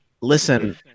Listen